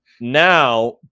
Now